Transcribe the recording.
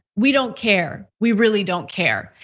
we don't care. we really don't care.